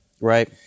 Right